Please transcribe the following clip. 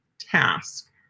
task